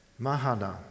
Mahana